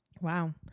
wow